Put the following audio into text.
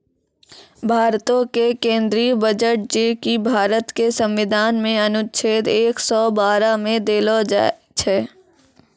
भारतो के केंद्रीय बजट जे कि भारत के संविधान मे अनुच्छेद एक सौ बारह मे देलो छै